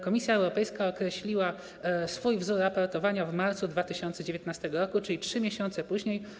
Komisja Europejska określiła swój wzór raportowania w marcu 2019 r., czyli 3 miesiące później.